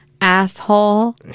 asshole